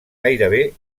gairebé